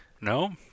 No